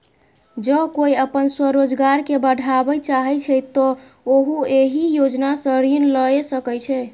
जौं कोइ अपन स्वरोजगार कें बढ़ाबय चाहै छै, तो उहो एहि योजना सं ऋण लए सकै छै